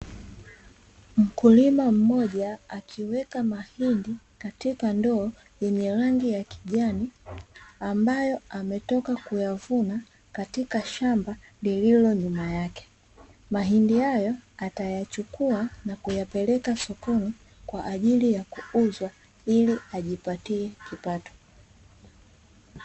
Mkulima mmoja akiweka mahindi katika ndoo yenye rangi ya kijani, ambayo ametoka kuyavuna katika shamba lililo nyuma yake, mahindi hayo atayachukua na kuyapeleka sokoni kwa ajili ya kuuzwa ili ajipatie kipato.